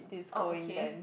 oh okay